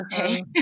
Okay